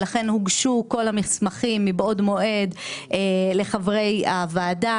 לכן הוגשו כל המסמכים מבעוד מועד לחברי הוועדה.